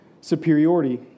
superiority